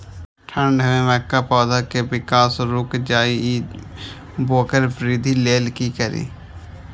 ठंढ में मक्का पौधा के विकास रूक जाय इ वोकर वृद्धि लेल कि करी?